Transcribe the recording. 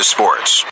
Sports